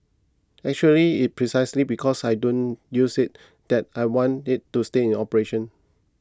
actually it's precisely because I don't use it that I want it to stay in operation